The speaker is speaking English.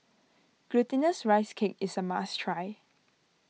Glutinous Rice Cake is a must try